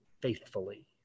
faithfully